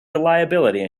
reliability